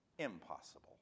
Impossible